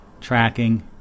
tracking